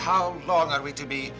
how long are we to be